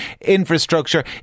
infrastructure